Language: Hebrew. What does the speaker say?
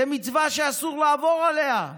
זה מצווה שאסור לעבור עליה,